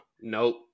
Nope